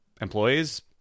employees